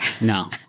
No